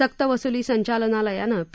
सक्तवसूली संचालनालयानं पी